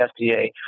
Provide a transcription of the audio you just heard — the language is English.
FDA